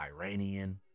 Iranian